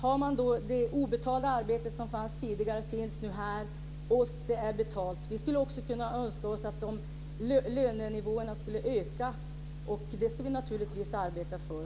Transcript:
Hade man det obetalda arbete som fanns tidigare finns det nu här och är betalt. Vi önskar också att lönenivåerna skulle öka. Det ska vi naturligtvis arbeta för.